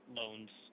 loans